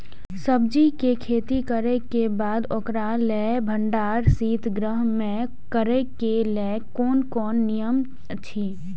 सब्जीके खेती करे के बाद ओकरा लेल भण्डार शित गृह में करे के लेल कोन कोन नियम अछि?